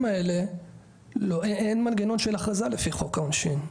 האלה אין מנגנון של הכרזה לפי חוק העונשין.